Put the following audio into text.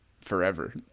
Forever